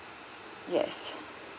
yes